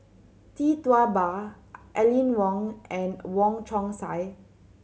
Tee Tua Ba Aline Wong and Wong Chong Sai